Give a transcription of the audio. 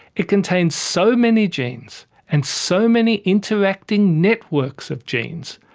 it contains so many genes and so many interacting networks of genes,